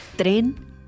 Tren